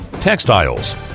textiles